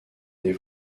des